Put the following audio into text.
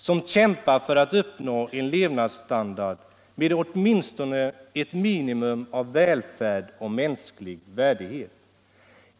som kämpar för att uppnå en levnadsstandard med åtminstone ett minimum av välfärd och mänsklig värdighet.